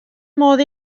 modd